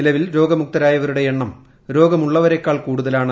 നിലവിൽ രോഗമുക്തരായവരുടെ എണ്ണം രോഗമുള്ളവരെക്കാൾ ലോക് ഡൌൺ കൂടുതലാണ്